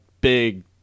big